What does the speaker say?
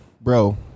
bro